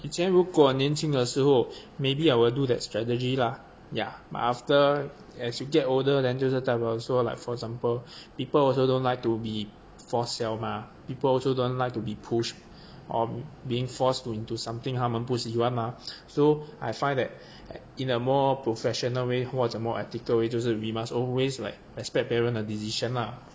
以前如果年轻的时候 maybe I will do that strategy lah ya but after as you get older than 就是代表说 like for example people also don't like to be force sell mah people also don't like to be pushed on being forced to into something 他们不喜欢 mah so I find that in a more professional way 或者 more ethical way 就是 we must always like respect 别人的 decision lah